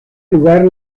lugar